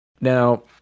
Now